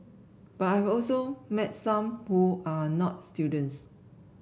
but I've also met some who are not students